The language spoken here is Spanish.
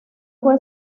fue